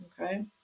Okay